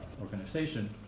Organization